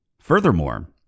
Furthermore